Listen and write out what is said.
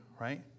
right